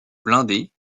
blindés